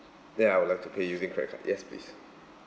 then I would like to pay using credit card yes please